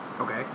Okay